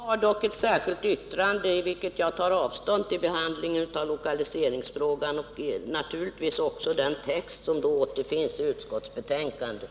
Herr talman! Jag har dock ett särskilt yttrande i vilket jag tar avstånd från behandlingen av lokaliseringsfrågan och naturligtvis också då den text som i det avseendet återfinns i utskottsbetänkandet.